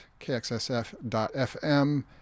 kxsf.fm